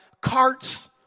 carts